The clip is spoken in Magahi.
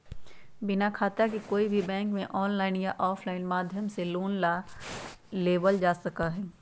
बिना खाता के कोई भी बैंक में आनलाइन या आफलाइन माध्यम से लोन ना लेबल जा सका हई